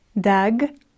dag